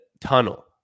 tunnel